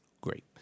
Great